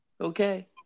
Okay